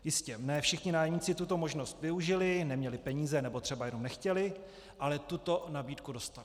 Jistěže ne všichni nájemci této možnosti využili, neměli peníze nebo třeba jenom prostě nechtěli, ale tuto nabídku dostali.